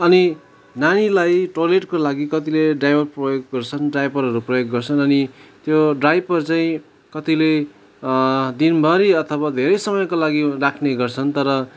अनि नानीलाई टोइलेटको लागि कतिले डाइपर प्रयोग गर्छन् डाइपरहरू प्रयोग गर्छन् अनि त्यो डाइपर चाहिँ कतिले दिनभरि अथवा धेरै समयको लागि राख्ने गर्छन् तर